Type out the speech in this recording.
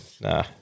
Nah